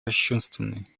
кощунственной